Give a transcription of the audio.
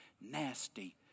nasty